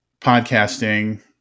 podcasting